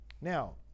Now